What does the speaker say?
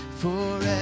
forever